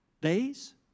days